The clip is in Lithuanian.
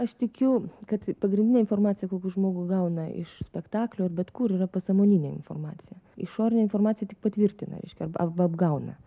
aš tikiu kad pagrindinė informacija kokią žmogui gauna iš spektaklių ir bet kur yra pasąmoninė informacija išorinė informacija tik patvirtina reiškia arba apgauna